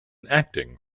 acting